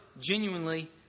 genuinely